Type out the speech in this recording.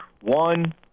one